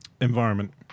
Environment